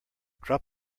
drop